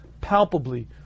palpably